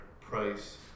price